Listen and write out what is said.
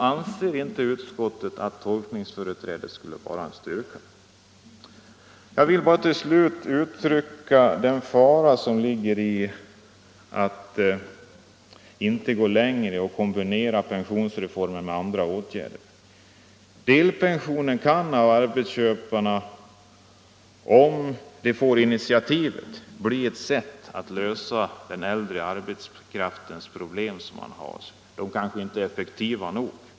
Anser inte utskottet att tolkningsföreträde skulle vara en styrka? Jag vill bara till slut peka på den fara som ligger i att inte gå längre och kombinera pensionsreformerna med andra åtgärder. Delpensionen kan för arbetsköparna, om de får initiativet, bli ett sätt att lösa problemen med den äldre arbetskraften, som kanske inte anses effektiv nog.